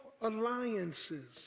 alliances